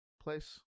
place